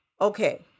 okay